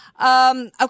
Okay